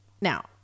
Now